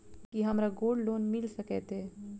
की हमरा gold loan मिल सकैत ये?